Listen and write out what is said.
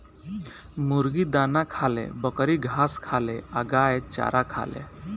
मुर्गी दाना खाले, बकरी घास खाले आ गाय चारा खाले